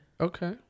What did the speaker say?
okay